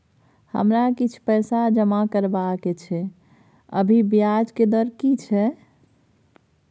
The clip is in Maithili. हमरा किछ पैसा जमा करबा के छै, अभी ब्याज के दर की छै?